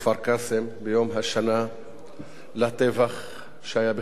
ביום השנה לטבח שהיה ב-1956,